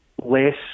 less